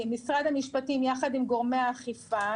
משרד המשפטים יחד עם גורמי האכיפה,